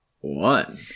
one